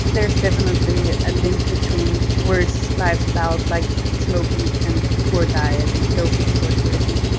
there's definitely a link between worse lifestyles like smoking and poor diet, low physical activity,